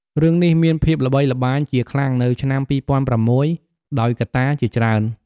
រឿងនេះមានភាពល្បីល្បាញជាខ្លាំងនៅឆ្នាំ២០០៦ ដោយកត្តាជាច្រើន។